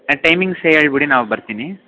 timings ಹೇಳ್ಬಿಡಿ ನಾವು ಬರ್ತೀನಿ